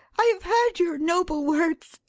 i have heard your noble words.